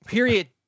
Period